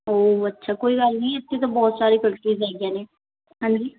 ਓ ਅੱਛਾ ਕੋਈ ਗੱਲ ਨਹੀਂ ਇੱਥੇ ਤਾਂ ਬਹੁਤ ਸਾਰੇ ਫੈਕਟਰੀਜ਼ ਹੈਗੀਆਂ ਨੇ ਹਾਂਜੀ